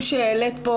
פה,